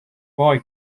وای